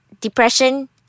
depression